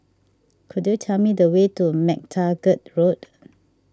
could you tell me the way to MacTaggart Road